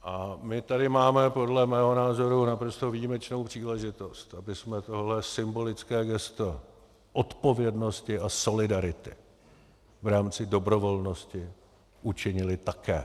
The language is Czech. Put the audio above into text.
A my tady máme podle mého názoru naprosto výjimečnou příležitost, abychom tohle symbolické gesto odpovědnosti a solidarity v rámci dobrovolnosti učinili také.